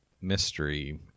mystery